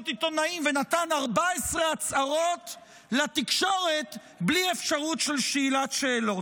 עיתונאים ונתן 14 הצהרות לתקשורת בלי אפשרות של שאילת שאלות.